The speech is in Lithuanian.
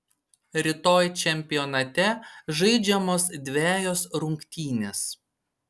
rytoj čempionate žaidžiamos dvejos rungtynės